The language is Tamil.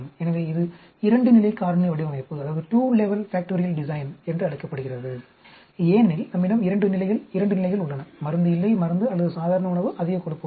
எனவே இது இரண்டு நிலை காரணி வடிவமைப்பு என்று அழைக்கப்படுகிறது ஏனெனில் நம்மிடம் இரண்டு இரண்டு நிலைகள் உள்ளன மருந்து இல்லை மருந்து அல்லது சாதாரண உணவு அதிக கொழுப்பு உணவு